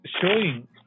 showing